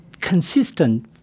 consistent